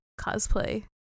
cosplay